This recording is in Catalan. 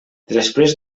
després